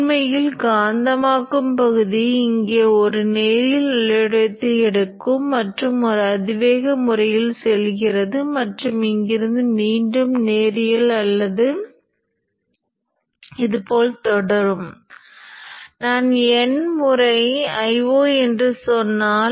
அவ்வாறு தேர்ந்தெடுக்கப்பட்ட R இன் மதிப்பு இந்த தடையை சந்திக்க வேண்டும் என்று மட்டுமே கூறுகிறது